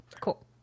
Cool